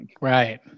Right